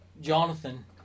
Jonathan